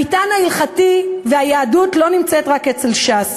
המטען ההלכתי והיהדות לא נמצאים רק אצל ש"ס,